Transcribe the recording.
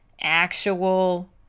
actual